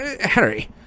Harry